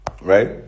Right